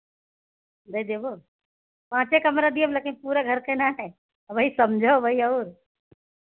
दइ देवो पाँचे कमरा देव लेकिन पूरे घर के नाय वही समझौ वही और